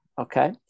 Okay